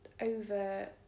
Over